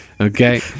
Okay